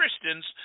Christians